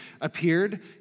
appeared